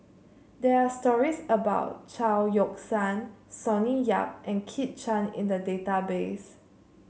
there are stories about Chao Yoke San Sonny Yap and Kit Chan in the database